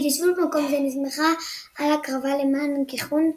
ההתיישבות במקום זה נסמכה על הקרבה למעיין הגיחון,